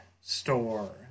store